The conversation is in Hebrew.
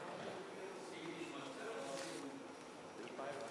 להעביר את הצעת חוק הביטוח הלאומי (תיקון מס' 152)